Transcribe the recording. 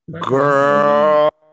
girl